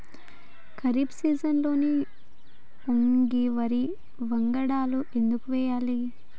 ఖరీఫ్ సీజన్లో ఓన్లీ వరి వంగడాలు ఎందుకు వేయాలి?